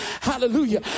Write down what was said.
hallelujah